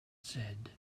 said